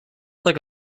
like